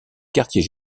quartiers